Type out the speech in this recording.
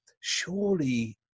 surely